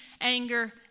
anger